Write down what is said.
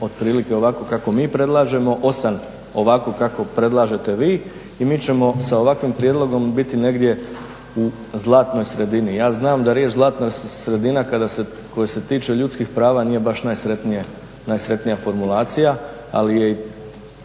otprilike ovako kako mi predlažemo, 8 ovako kako predlažete vi i mi ćemo sa ovakvim prijedlogom biti negdje u zlatnoj sredini. Ja znam da riječ zlatna sredina koja se tiče ljudskih prava nije baš najsretnija formulacija ali je i